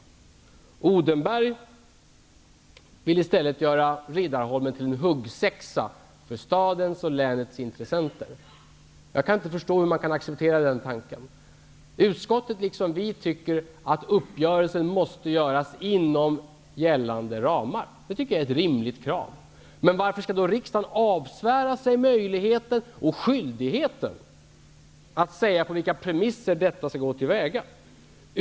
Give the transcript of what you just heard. Mikael Odenberg vill i stället göra frågan om Riddarholmen till en huggsexa för stadens och länets intressenter. Jag kan inte förstå hur man kan acceptera den tanken. Utskottet tycker liksom vi att uppgörelsen måste göras inom gällande ramar. Jag tycker att det är ett rimligt krav. Men varför skall riksdagen avsvära sig möjligheten och skyldigheten att säga på vilka premisser detta skall ske.